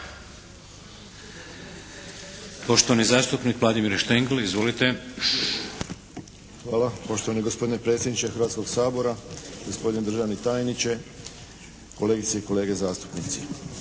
Poštovani zastupnik Vladimir Štengl. Izvolite. **Štengl, Vladimir (HDZ)** Hvala. Poštovani gospodine predsjedniče Hrvatskog sabora, gospodine državni tajniče, kolegice i kolege zastupnici.